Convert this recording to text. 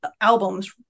albums